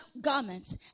garments